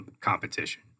competition